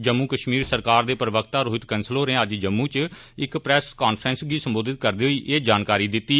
जम्मू कश्मीर सरकार दे प्रवक्ता रोहित कंसल होरें अज्ज जम्मू च इक प्रोस कांफ्रेंस गी संबोधत करदे होई एह् जानकारी दित्ती